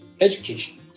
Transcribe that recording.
education